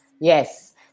Yes